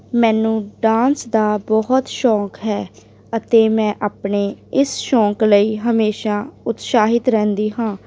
ਮੈਨੂੰ ਡਾਂਸ ਦਾ ਬਹੁਤ ਸ਼ੌਕ ਹੈ ਅਤੇ ਮੈਂ ਆਪਣੇ ਇਸ ਸ਼ੌਕ ਲਈ ਹਮੇਸ਼ਾ ਉਤਸ਼ਾਹਿਤ ਰਹਿੰਦੀ ਹਾਂ